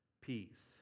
peace